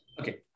Okay